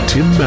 Tim